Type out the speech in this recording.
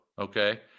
Okay